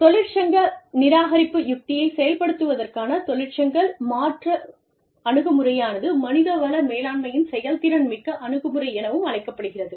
தொழிற்சங்க நிராகரிப்பு யுக்தியை செயல்படுத்துவதற்கான தொழிற்சங்க மாற்று அணுகுமுறையானது மனிதவள மேலாண்மையின் செயல்திறன் மிக்க அணுகுமுறை எனவும் அழைக்கப்படுகிறது